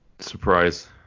Surprise